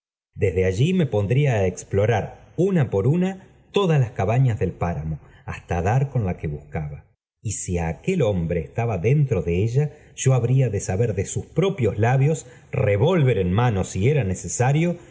desde allí me pondría d explorar una por una todas las cabañas del páramo hasta dar con la que buscaba y si aquel hombre estaba dentro de ella yo habría de saber de sus propios labios revólver en mano si era necesario